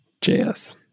JS